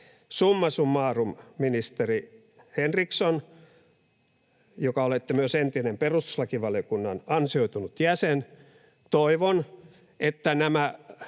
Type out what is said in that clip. Summa summarum, ministeri Henriksson — joka olette myös entinen perustuslakivaliokunnan ansioitunut jäsen —, toivon, että nämä